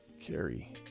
Carrie